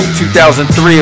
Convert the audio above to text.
2003